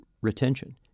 retention